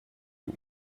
you